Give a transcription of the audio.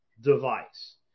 device